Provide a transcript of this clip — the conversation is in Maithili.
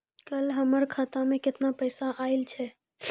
कल हमर खाता मैं केतना पैसा आइल छै?